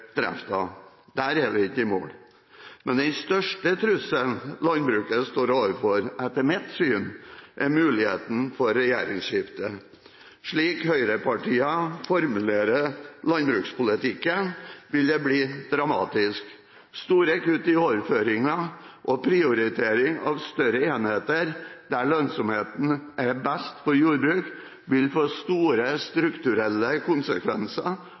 Der er vi ikke i mål. Men den største trusselen landbruket står overfor, etter mitt syn, er muligheten for et regjeringsskifte. Slik høyrepartiene formulerer landbrukspolitikken, vil det bli dramatisk. Store kutt i overføringer og prioritering av større enheter der lønnsomheten er best for jordbruket, vil få store strukturelle konsekvenser